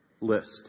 list